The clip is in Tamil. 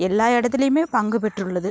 எல்லா இடத்துலையுமே பங்கு பெற்று உள்ளது